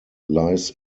lies